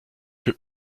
für